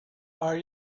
are